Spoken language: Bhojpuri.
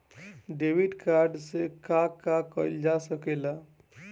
डेबिट कार्ड से का का कइल जा सके ला?